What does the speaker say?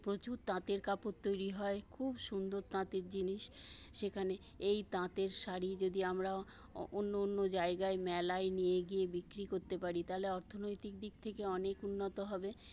প্রচুর তাঁতের কাপড় তৈরি হয় খুব সুন্দর তাঁতের জিনিস সেখানে এই তাঁতের শাড়ি যদি আমরা অন্য অন্য জায়গায় মেলায় নিয়ে গিয়ে বিক্রি করতে পারি তাহলে অর্থনৈতিক দিক থেকে অনেক উন্নত হবে